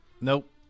nope